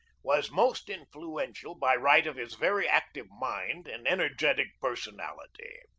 was most influential by right of his very active mind and energetic personality.